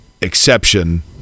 exception